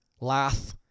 Laugh